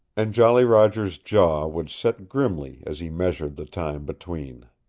and jolly roger's jaw would set grimly as he measured the time between.